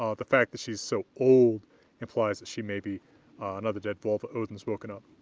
um the fact that she's so old implies that she may be another dead volva odinn's woken up.